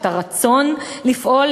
את הרצון לפעול,